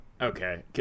Okay